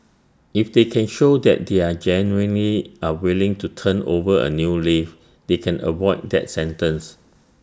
if they can show that they genuinely are willing to turn over A new leaf they can avoid that sentence